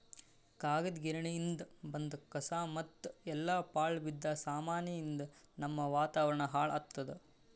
ಕಾಗದ್ ಗಿರಣಿಯಿಂದ್ ಬಂದ್ ಕಸಾ ಮತ್ತ್ ಎಲ್ಲಾ ಪಾಳ್ ಬಿದ್ದ ಸಾಮಾನಿಯಿಂದ್ ನಮ್ಮ್ ವಾತಾವರಣ್ ಹಾಳ್ ಆತ್ತದ